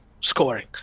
scoring